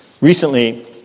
Recently